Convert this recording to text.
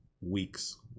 weeks